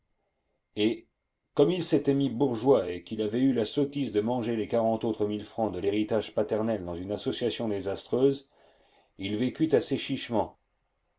et comme il s'était mis bourgeois et qu'il avait eu la sottise de manger les quarante autres mille francs de l'héritage paternel dans une association désastreuse il vécut assez chichement